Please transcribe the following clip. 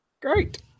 great